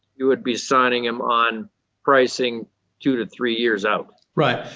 you would be signing them on pricing two to three years out. right,